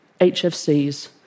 HFCs